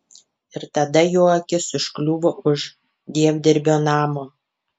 ir tada jo akis užkliuvo už dievdirbio namo